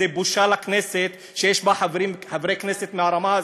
זה בושה לכנסת שיש בה חברי כנסת ברמה הזאת,